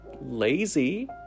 lazy